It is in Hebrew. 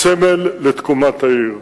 סמל לתקומת העיר.